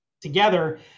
together